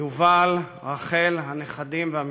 יובל, רחל, הנכדים והמשפחה,